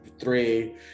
three